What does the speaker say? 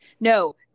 No